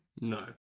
No